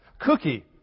cookie